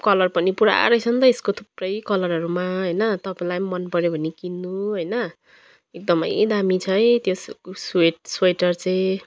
colour पनि पुरा रहेछ नि त यसको थुप्रै कलरहरूमा होइन तपाईँलाई पनि मन पऱ्यो भने किन्नू होइन एकदमै दामी छ है त्यो स्वेट स्वेटर चाहिँ